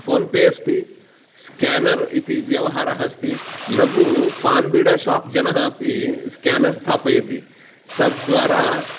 phone pay अस्ति scanner इति व्यवहारः अस्ति लघु पान् बिडा शाप् जनः अपि स्कानर् स्थापयति तद् द्वारा